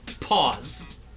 Pause